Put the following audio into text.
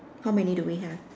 how many do we have